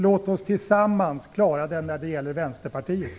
Låt oss tillsammans klara den när det gäller Vänsterpartiet.